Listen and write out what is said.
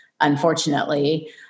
unfortunately